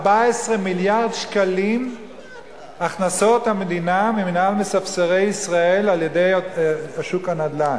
14 מיליארד שקלים הכנסות המדינה ממינהל מספסרי ישראל על-ידי שוק הנדל"ן.